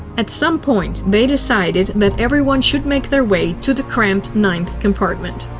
at some point, they decided that everyone should make their way to the cramped ninth compartment.